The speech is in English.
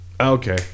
Okay